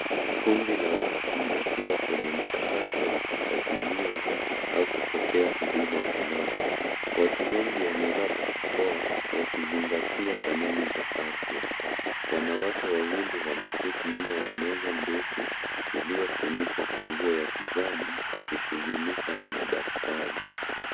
Kundi la watu wakiwa kwenye mchakato wa kusajiliwa au kupokea huduma fulani. Watu wengi wamevaa barakoa wakizingatia kanuni za afya. Wanawake wawili wameketi nyuma ya meza ndefu iliyofunikwa kwa nguo ya kijani wakishughulika na madaftari.